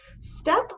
step